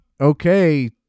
okay